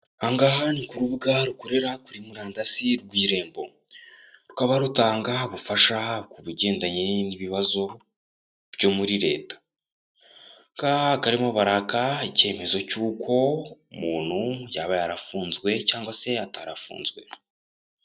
Aha ngaha ni ku rubuga rukorera kuri murandasi rw'irembo, rukaba rutanga ubufasha ku bigendanye n'ibibazo byo muri leta, aha ngaha bakaba barimo baraka icyemezo cy'uko umuntu yaba yarafunzwe cyangwa se atarafunzwe.